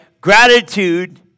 Gratitude